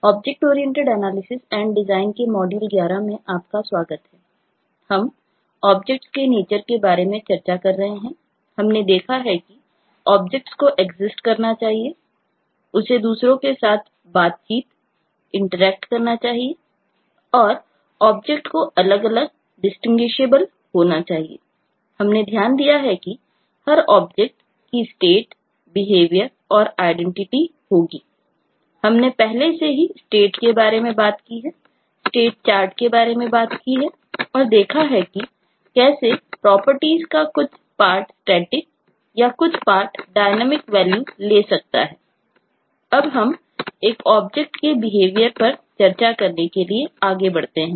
object oriented analysis and design पर चर्चा करने के लिए आगे बढ़ते हैं